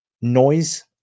noise